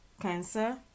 cancer